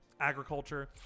agriculture